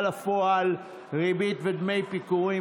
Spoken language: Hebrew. לפועל (תיקון מס' 71) (ריבית ודמי פיגורים),